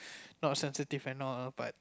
not sensitive and all ah but